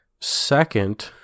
second